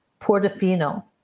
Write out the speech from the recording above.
Portofino